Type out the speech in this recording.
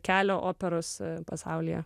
kelio operos pasaulyje